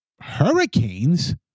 hurricanes